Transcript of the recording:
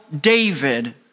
David